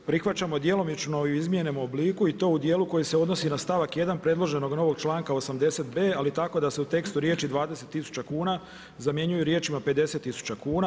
Prihvaćamo djelomično u izmijenjenom obliku i to u dijelu koji se odnosi na stavak 1. predloženog novog članka 80b. ali tako da se u tekstu riječi „20000 kuna“ zamjenjuju riječima: „50000 kuna“